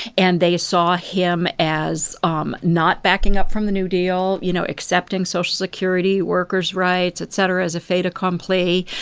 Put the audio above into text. and they saw him as um not backing up from the new deal, you know, accepting social security, workers' rights, et cetera, as a fait accompli.